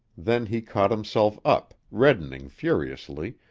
then he caught himself up, reddening furiously,